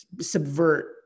subvert